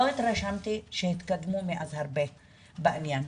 לא התרשמתי שהתקדמו מאז הרבה בעניין.